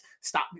Stop